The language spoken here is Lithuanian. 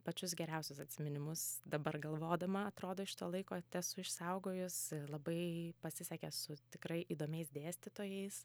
pačius geriausius atsiminimus dabar galvodama atrodo iš to laiko tesu išsaugojus labai pasisekė su tikrai įdomiais dėstytojais